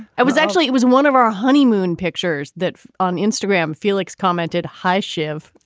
i was actually it was one of our honeymoon pictures that on instagram felix commented. hi shiv.